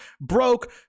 broke